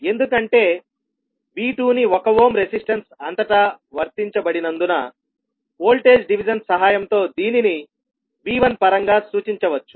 ఎందుకంటే V2ని ఒక ఓమ్ రెసిస్టన్స్ అంతటా వర్తించబడినందున వోల్టేజ్ డివిజన్ సహాయంతో దీనిని V1 పరంగా సూచించవచ్చు